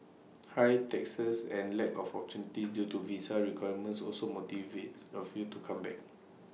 high taxes and lack of opportunities due to visa requirements also motivates A few to come back